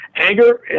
Anger